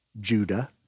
Judah